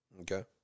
Okay